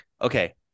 Okay